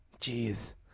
Jeez